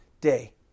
day